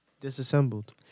Disassembled